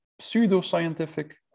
pseudo-scientific